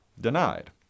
Denied